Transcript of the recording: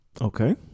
Okay